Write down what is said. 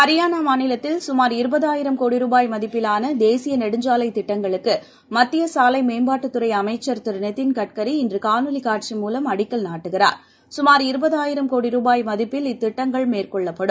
ஹரியானாமாநிலத்தில் சுமார் இருபதாயிரம் கோடி ருபாய் மதிப்பிலானதேசியநெடுஞ்சாலைத் திட்டங்களுக்குமத்தியசாலைமேம்பாட்டுத் துறைஅமைச்சர் திரு நிதின் கட்கரி இன்றுகாணொளிகாட்சி மூலம் அடிக்கல் நாட்டுகிறார் சுமார் இருபதாயிரம் கோடி ருபாய் மதிப்பில் இத்திட்டங்கள் மேற்கொள்ளப்படும்